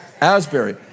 Asbury